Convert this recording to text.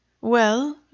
Well